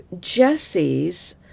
Jesse's